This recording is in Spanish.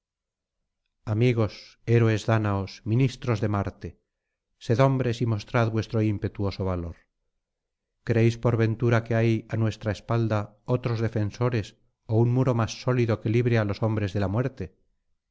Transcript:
amigos héroes dáñaos ministros de marte sed hombres y mostrad vuestro impetuoso valor creéis por ventura que hay á nuestra espalda otros defensores ó un muro más sólido que libre á los hombres de la muerte